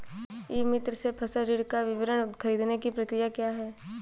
ई मित्र से फसल ऋण का विवरण ख़रीदने की प्रक्रिया क्या है?